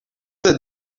their